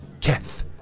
Keth